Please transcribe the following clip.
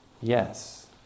yes